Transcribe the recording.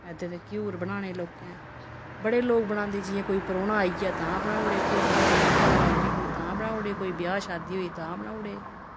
एद्धर दे घ्यूर बनाने लोकें बड़े लोग बनांदे जियां कोई परौह्ना आई गेआ तां बनाई औड़े कोई जियां दिन ध्याहर आई गेआ कोई तां बनाउड़े कोई ब्याह् शादी होई तां बनाउड़े